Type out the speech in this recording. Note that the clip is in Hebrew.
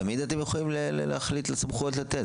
אתם תמיד יכולים להחליט איזה סמכויות לתת,